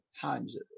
times